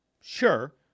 Sure